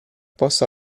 posto